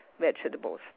Vegetables